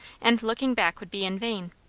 and looking back would be in vain.